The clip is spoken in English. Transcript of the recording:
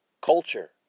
culture